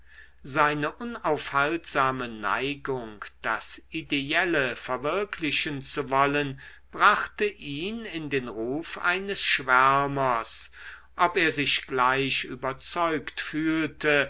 seine unaufhaltsame neigung das ideelle verwirklichen zu wollen brachte ihn in den ruf eines schwärmers ob er sich gleich überzeugt fühlte